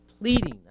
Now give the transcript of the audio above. pleading